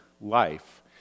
life